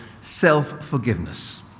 self-forgiveness